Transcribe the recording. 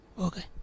Okay